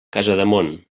casademont